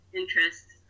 interests